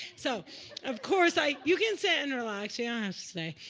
so of course i you can sit and relax. yeah ah so